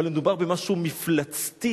אבל מדובר במשהו מפלצתי,